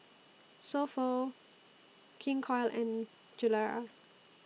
So Pho King Koil and Gilera